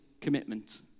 commitment